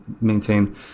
maintain